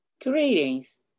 Greetings